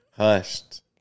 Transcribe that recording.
Hushed